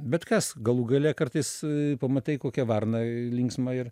bet kas galų gale kartais pamatai kokią varną linksmą ir